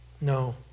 No